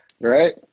Right